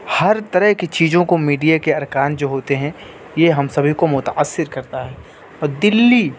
ہر طرح کی چیزوں کو میڈیا کے ارکان جو ہوتے ہیں یہ ہم سبھی کو متأثر کرتا ہے پہ دلی